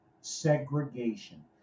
segregation